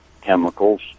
chemicals